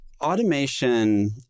automation